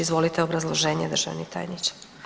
Izvolite obrazloženje državni tajniče.